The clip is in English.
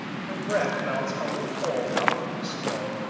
her breath melts a little hole up through the snow,